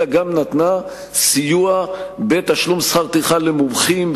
אלא גם נתנה סיוע בתשלום שכר טרחה למומחים,